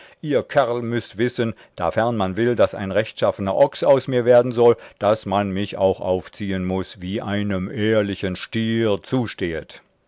ihr kerl müßt wissen dafern man will daß ein rechtschaffener ochs aus mir werden soll daß man mich auch aufziehen muß wie einem ehrlichen stier zustehet